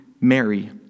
Mary